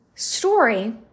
story